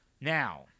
Now